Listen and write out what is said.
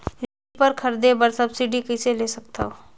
Reaper खरीदे बर subsidy कइसे ले सकथव?